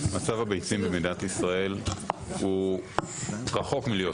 מצב הביצים במדינת ישראל הוא רחוק מלהיות טוב.